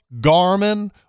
Garmin